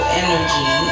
energy